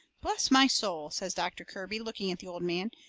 bless my soul, says doctor kirby, looking at the old man,